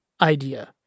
idea